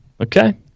Okay